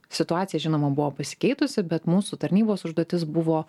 situacija žinoma buvo pasikeitusi bet mūsų tarnybos užduotis buvo